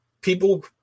people